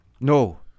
No